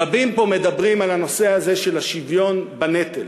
רבים פה מדברים על הנושא הזה, של השוויון בנטל.